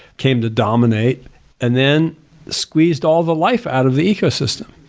came to dominate and then squeezed all the life out of the ecosystem.